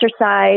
exercise